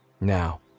Now